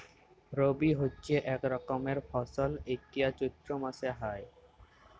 রবি হচ্যে এক রকমের ফসল যেইটা চৈত্র মাসে হ্যয়